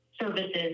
services